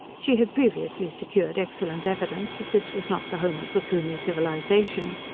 she had previously secured excellent evidence that this was not the home of the plumie civilization.